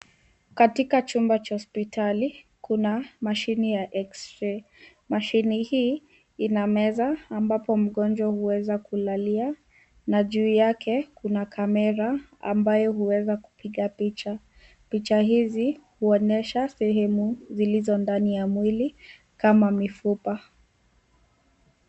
Katika chumba cha hospitali kuna mashine ya x-ray . Mashine hii inameza ambapo mgonjwa huweza kulalia na juu yake kuna camera ambayo huweza kupiga picha. Picha hizi huweza kuonyeshea sehemu zilizo ndani ya mwili kama mifupa.